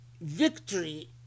victory